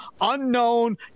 unknown